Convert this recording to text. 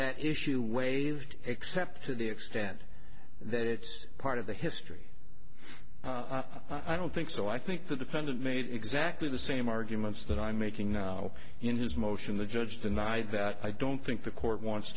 that issue waived except to the extent that it's part of the history i don't think so i think the defendant made exactly the same arguments that i'm making now in his motion the judge denied that i don't think the court wants